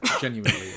genuinely